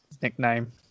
Nickname